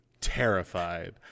terrified